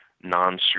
non